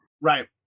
Right